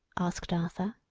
asked arthur.